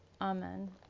Amen